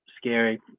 scary